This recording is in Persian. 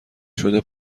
شده